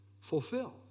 fulfill